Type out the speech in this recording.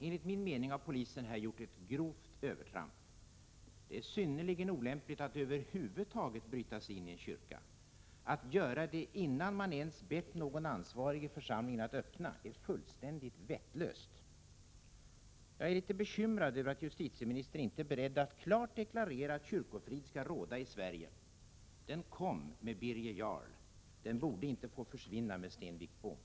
Enligt min mening har polisen här gjort ett grovt övertramp. Det är synnerligen olämpligt att över huvud taget bryta sig ini en kyrka. Att göra det innan man ens bett någon ansvarig i församlingen att öppna är fullständigt vettlöst. Jag är litet bekymrad över att justitieministern inte är beredd att klart deklarera att kyrkofrid skall råda i Sverige. Den kom med Birger Jarl, den borde inte få försvinna med Sten Wickbom.